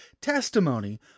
testimony